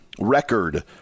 Record